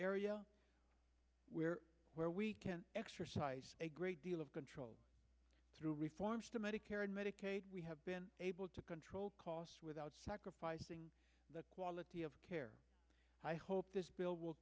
area where we can exercise a great deal of control through reforms to medicare and medicaid we have been able to control costs without sacrificing the quality of care i hope this bill will